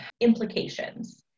implications